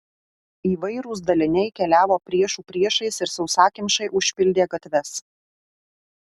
įvairūs daliniai keliavo priešų priešais ir sausakimšai užpildė gatves